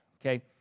okay